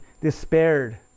despaired